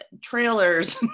trailers